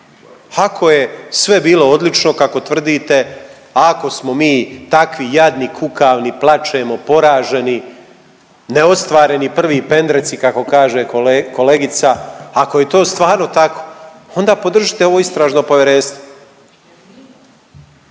Ako je sve bilo odlično kako tvrdite, ako smo mi takvi jadni, kukavni, plačemo, poraženi, neostvareni, prvi pendreci kako kaže kolegica. Ako je to stvarno tako onda podržite ovo istražno povjerenstvo.